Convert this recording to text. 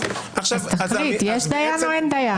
אז תחליט יש דיין או אין דיין?